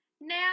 Now